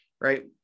right